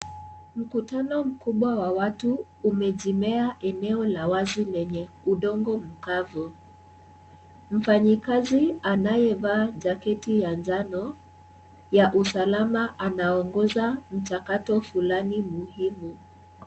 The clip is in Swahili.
Mkutano mkubwa wa watu umejimea eneo la wazi lenye udongo kavu. Mfanyikazi anayevaa jaketi ya njano ya usalama anaongoza mchakato fulani muhimu.